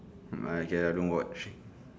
mm okay lah I don't watch